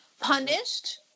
punished